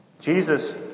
Jesus